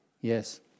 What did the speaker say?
Yes